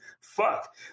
Fuck